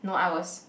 no I was